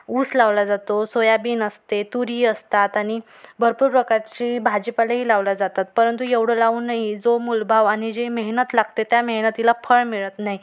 ऊस लावला जातो सोयाबीन असते तुरी असतात आणि भरपूर प्रकारची भाजीपालाही लावल्या जातात परंतु एवढं लावूनही जो मोल भाव आणि जे मेहनत लागते त्या मेहनतीला फळ मिळत नाही